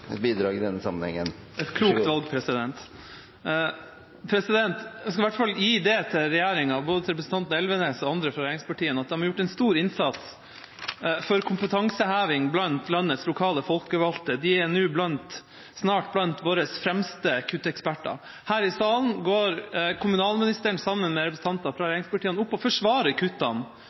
bidrag i denne sammenhengen. Et klokt valg, president. Jeg skal i hvert fall gi det til regjeringa, til både representanten Elvenes og andre fra regjeringspartiene, at de har gjort en stor innsats for kompetanseheving blant landets lokale folkevalgte. De er snart blant våre fremste kutteksperter. Her i salen går kommunalministeren, sammen med representanter for regjeringspartiene, opp og forsvarer kuttene